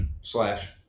slash